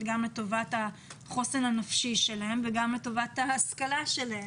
גם0 לטובת החוסן הנפשי שלהם וגם לטובת ההשכלה שלה.